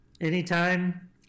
anytime